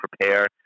prepare